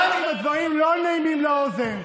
גם אם הדברים לא נעימים לאוזן,